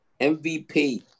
MVP